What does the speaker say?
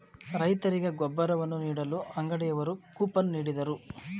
ರೈತರಿಗೆ ಗೊಬ್ಬರವನ್ನು ನೀಡಲು ಅಂಗಡಿಯವರು ಕೂಪನ್ ನೀಡಿದರು